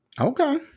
Okay